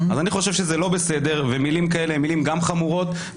יקבע למיליוני אזרחים אם לבחור את ראש הממשלה או